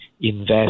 invest